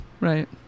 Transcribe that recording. Right